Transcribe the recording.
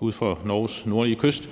ud for Norges nordlige kyst,